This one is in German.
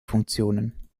funktionen